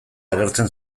agertzen